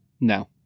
No